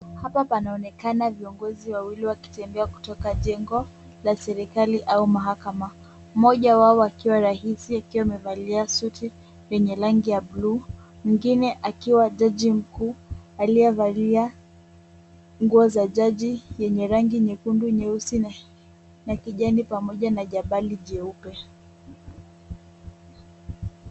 Hapa panaonekana viongozi wawili wakitembea kutoka jengo la serikali au mahakama, mmoja wao akiwa rais akiwa amevalia suti yenye rangi ya bluu, mwingine akiwa jaji mkuu aliyevalia nguo za jaji yenye rangi nyekundu, nyeusi na kijani pamoja na jabali jeupe.